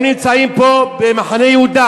הם נמצאים פה במחנה-יהודה,